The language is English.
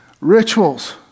Rituals